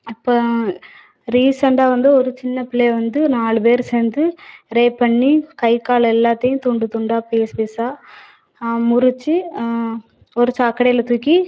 இப்போ ரீசன்ட்டாக வந்து ஒரு சின்னப்பிள்ளையை வந்து நாலு பேர் சேர்ந்து ரேப் பண்ணி கை கால் எல்லாதையும் துண்டு துண்டாக பீஸ் பீஸாக முறிச்சு ஒரு சாக்கடையில் தூக்கி